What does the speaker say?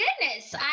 goodness